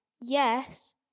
yes